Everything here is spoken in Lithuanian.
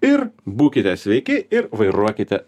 ir būkite sveiki ir vairuokite